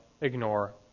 ignore